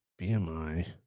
BMI